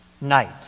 night